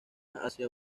hacia